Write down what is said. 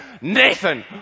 Nathan